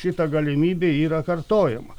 šita galimybė yra kartojama